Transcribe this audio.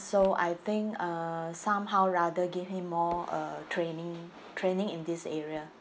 so I think uh somehow rather give him more uh training training in this area